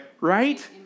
Right